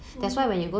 oo